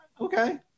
okay